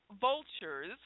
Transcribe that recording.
vultures